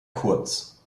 kurz